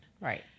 Right